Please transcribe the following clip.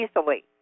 easily